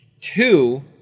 Two